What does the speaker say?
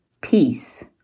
peace